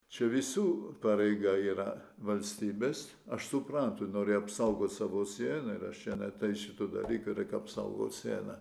čia visų pareiga yra valstybės aš supratu nori apsaugot savo sieną ir čia ne tai šitų dalykų reik apsaugot sieną